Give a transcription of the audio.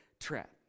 trap